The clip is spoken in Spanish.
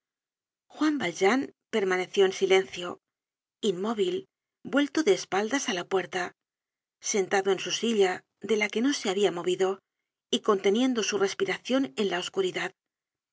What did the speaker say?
juan valjean permaneció en silencio inmóvil vuelto de espaldas á la puerta sentado en su silla de la que no se habia movido y conteniendo su respiracion en la oscuridad